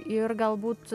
ir galbūt